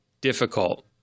difficult